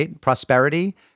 prosperity